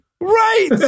Right